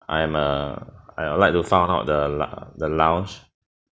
I am a I I'd like to found out the lou~ the lounge